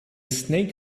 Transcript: snake